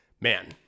man